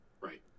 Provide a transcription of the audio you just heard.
right